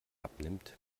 abnimmt